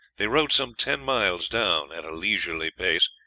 they rowed some ten miles down at a leisurely pace,